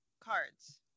cards